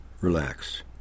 Relax